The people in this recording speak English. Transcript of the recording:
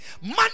man